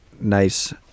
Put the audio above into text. nice